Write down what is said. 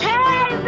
Hey